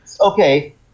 Okay